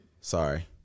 Sorry